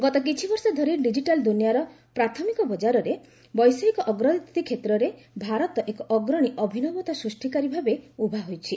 ଗତ କିଛିବର୍ଷ ଧରି ଡିଜିଟାଲ ଦୁନିଆର ପ୍ରାଥମିକ ବଜାରରେ ବୈଷୟିକ ଅଗ୍ରଗତି କ୍ଷେତ୍ରରେ ଭାରତ ଏକ ଅଗ୍ରଣୀ ଅଭିନବତା ସୃଷ୍ଟିକାରୀ ଭାବେ ଉଭା ହେଉଛି